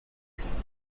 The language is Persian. است